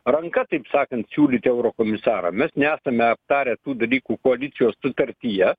ranka taip sakant siūlyti eurokomisarą mes nesame aptarę tų dalykų koalicijos sutartyje